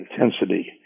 intensity